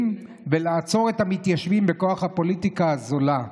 ולעצור את המתיישבים בכוח הפוליטיקה הזולה,